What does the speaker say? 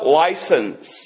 license